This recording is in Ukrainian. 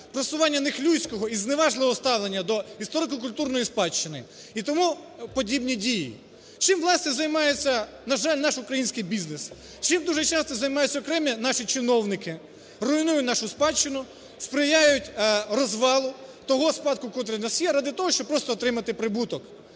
просування нехлюйського і зневажливого ставлення до історико-культурної спадщини і тому подібні дії. Чим, власне, займається, на жаль, наш український бізнес? Чим дуже часто займаються окремі наші чиновники? Руйнують нашу спадщину, сприяють розвалу того спадку, котрий у нас є, ради того, щоб просто отримати прибуток.